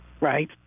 right